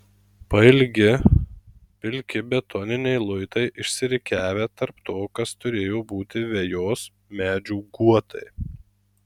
pailgi pilki betoniniai luitai išsirikiavę tarp to kas turėjo būti vejos medžių guotai